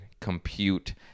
compute